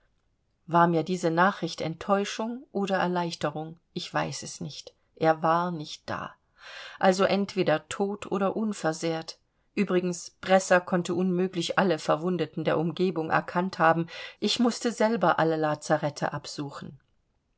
war mir diese nachricht enttäuschung oder erleichterung ich weiß es nicht er war nicht da also entweder tot oder unversehrt übrigens bresser konnte unmöglich alle verwundeten der umgebung erkannt haben ich mußte selber alle lazarethe absuchen